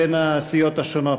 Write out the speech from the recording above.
בין הסיעות השונות.